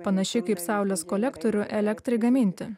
panašiai kaip saulės kolektorių elektrai gaminti